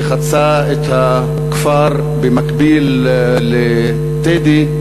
שחצה את הכפר במקביל ל"טדי",